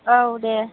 औ दे